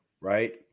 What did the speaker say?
Right